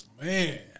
man